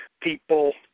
people